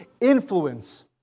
influence